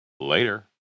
Later